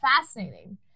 fascinating